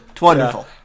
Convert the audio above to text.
wonderful